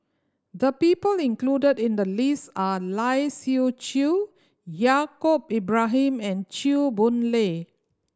the people included in the list are Lai Siu Chiu Yaacob Ibrahim and Chew Boon Lay